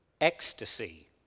ecstasy